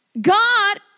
God